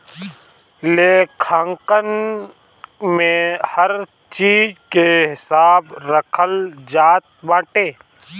लेखांकन में हर चीज के हिसाब रखल जात बाटे